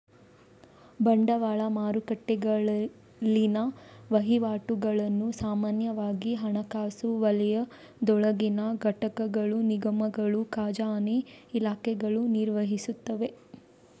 ಬಂಡವಾಳ ಮಾರುಕಟ್ಟೆಗಳಲ್ಲಿನ ವಹಿವಾಟುಗಳನ್ನು ಸಾಮಾನ್ಯವಾಗಿ ಹಣಕಾಸು ವಲಯದೊಳಗಿನ ಘಟಕಗಳ ನಿಗಮಗಳ ಖಜಾನೆ ಇಲಾಖೆಗಳು ನಿರ್ವಹಿಸುತ್ತವೆ